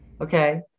Okay